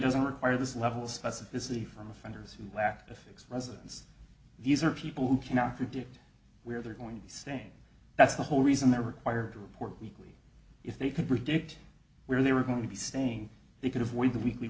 doesn't require this level of specificity from offenders who lacked a fixed residence these are people who cannot predict where they're going to be staying that's the whole reason they're required to report weekly if they could predict where they were going to be staying they could avoid the weekly